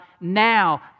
now